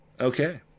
Okay